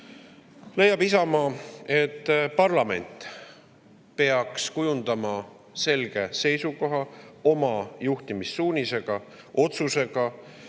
leiab Isamaa, et parlament peaks kujundama selge seisukoha oma juhtimissuunise kaudu, otsuse